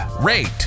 rate